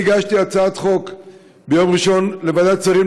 הגשתי הצעת חוק ביום ראשון לוועדת שרים